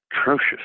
atrocious